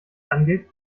angeht